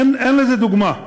אין לזה דוגמה.